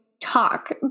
talk